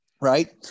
right